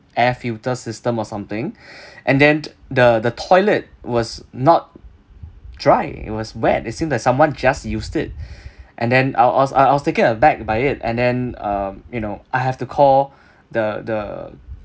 air filter system or something and then the the toilet was not dry it was wet it seems like someone just used it and then I was I was taken aback by it and then um you know I have to call the the